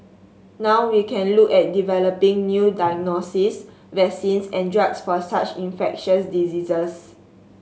now we can look at developing new diagnostics vaccines and drugs for such infectious diseases